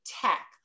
tech